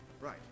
right